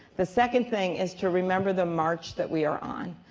the second thing is to remember the march that we are on.